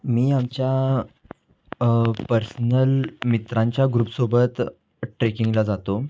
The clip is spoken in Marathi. मी आमच्या पर्सनल मित्रांच्या ग्रुपसोबत ट्रेकिंगला जातो